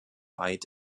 weit